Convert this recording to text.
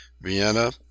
vienna